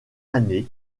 année